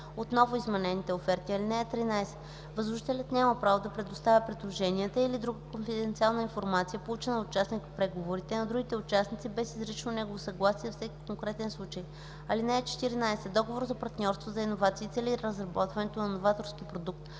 отново изменените оферти. (13) Възложителят няма право да предоставя предложенията или друга конфиденциална информация, получена от участник в преговорите, на другите участници без изрично негово съгласие за всеки конкретен случай. (14) Договорът за партньорство за иновации цели разработването на новаторски продукт,